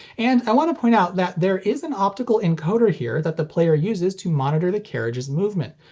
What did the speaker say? and i want to point out that there is an optical encoder here that the player uses to monitor the carriage's movement,